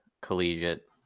collegiate